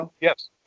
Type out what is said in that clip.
Yes